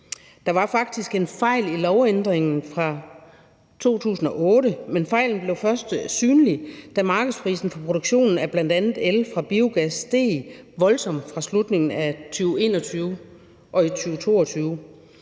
Der var faktisk en fejl i lovændringen fra 2008, men fejlen blev først synlig, da markedsprisen for produktionen af bl.a. el fra biogas steg voldsomt fra slutningen af 2021 og i 2022.